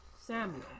Samuel